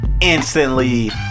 Instantly